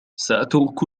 سأترك